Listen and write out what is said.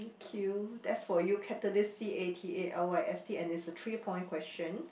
queue that's for you catalyst C A T A L Y S T and it's a three point question